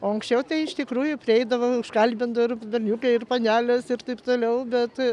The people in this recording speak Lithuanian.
o anksčiau tai iš tikrųjų prieidavo užkalbindavo ir berniukai ir panelės ir taip toliau bet